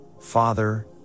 father